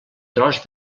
tros